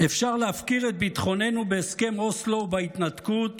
אפשר להפקיר את ביטחוננו בהסכם אוסלו ובהתנתקות